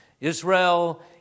Israel